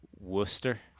Worcester